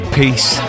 peace